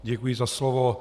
Děkuji za slovo.